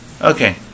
Okay